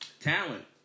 talent